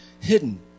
hidden